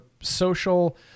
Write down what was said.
social